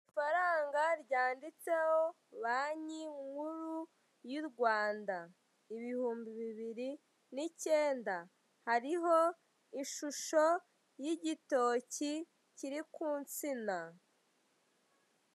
Ifaranga ryanditeho banki nkuru y' u Rwanda ibihumbi bibiri n'icyenda hariho ishusho y'igitoki kiri ku nsina.